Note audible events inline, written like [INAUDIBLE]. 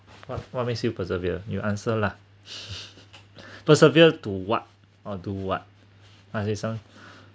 what what makes you persevere you answer lah [LAUGHS] persevere to what or do what must be some